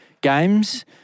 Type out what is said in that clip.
games